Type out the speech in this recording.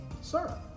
sir